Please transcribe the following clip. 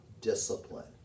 discipline